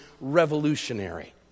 revolutionary